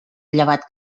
llevat